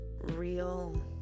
real